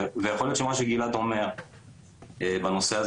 ויכול להיות שמה שגלעד אומר בנושא הזה